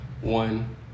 one